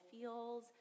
feels